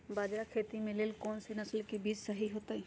बाजरा खेती के लेल कोन सा नसल के बीज सही होतइ?